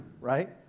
right